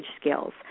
skills